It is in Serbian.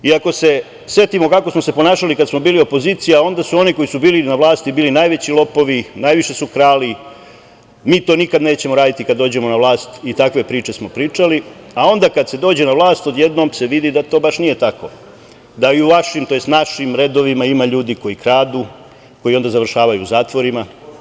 Ako se setimo kako smo se ponašali kada smo bili opozicija, a onda su oni koji su bili na vlasti bili najveći lopovi, najviše su krali, mi to nikada nećemo raditi kada dođemo na vlast i takve priče smo pričali, a onda kada se dođe na vlast od jednom se vidi da to baš nije tako, da i u vašim, tj. našim redovima ima ljudi koji kradu, koji onda završavaju u zatvorima.